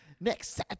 next